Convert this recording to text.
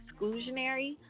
exclusionary